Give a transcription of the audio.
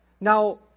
Now